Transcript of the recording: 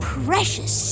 precious